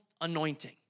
anointing